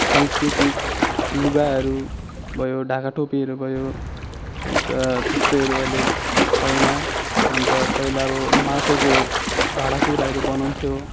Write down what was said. संस्कृतिक लुगाहरू भयो ढाका टोपीहरू भयो अन्त त्यस्तोहरू अहिले छैन अन्त पहिला अब माटोको भाँडाकुँडाहरू बनाउँथ्यो